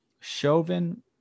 Chauvin